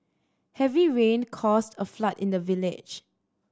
heavy rain caused a flood in the village